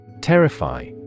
Terrify